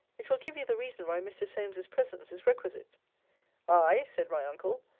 it will give you the reason why mr. solmes's presence is requisite ay, said my uncle,